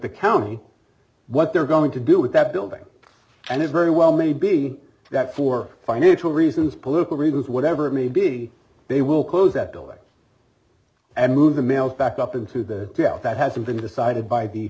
the county what they're going to do with that building and it very well may be that for financial reasons political reasons whatever it may be they will close that building and move the mail back up into the doubt that hasn't been decided by the